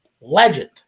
Legend